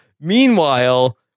meanwhile